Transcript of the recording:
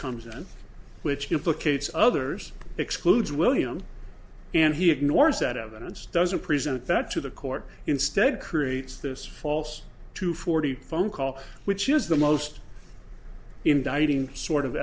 comes in which implicates others excludes william and he ignores that evidence doesn't present that to the court instead creates this false two forty phone call which is the most indicting sort of